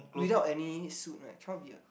without any suit right cannot be what